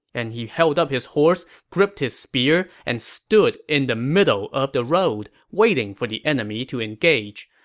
and he held up his horse, gripped his spear, and stood in the middle of the road, waiting for the enemy to engage.